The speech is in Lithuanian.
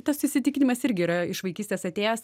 tas įsitikinimas irgi yra iš vaikystės atėjęs